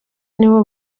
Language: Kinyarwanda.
niwe